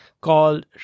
called